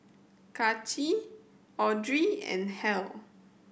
Kaci Audrey and Hal